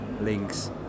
links